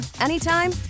anytime